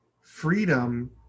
Freedom